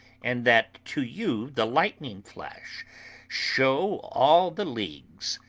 and that to you the lightning flash show all the leagues,